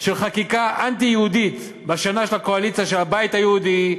של חקיקה אנטי-יהודית בשנה של הקואליציה של הבית היהודי,